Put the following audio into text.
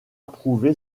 approuvé